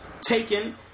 taken